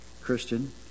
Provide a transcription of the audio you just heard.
Christian